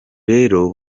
rero